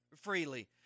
freely